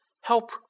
Help